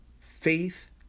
faith